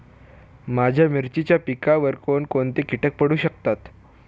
माझ्या मिरचीच्या पिकावर कोण कोणते कीटक पडू शकतात?